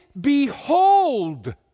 behold